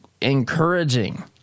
encouraging